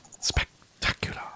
spectacular